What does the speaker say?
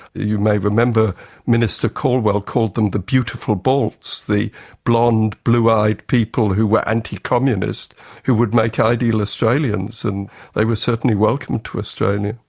you may remember the minister calwell called them the beautiful balts, the blond blue-eyed people who were anti-communist who would make ideal australians, and they were certainly welcomed to australia.